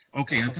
Okay